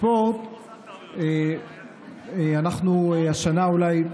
בספורט אנחנו השנה, אולי,